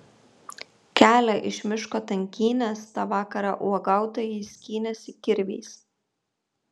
kelią iš miško tankynės tą vakarą uogautojai skynėsi kirviais